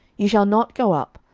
ye shall not go up,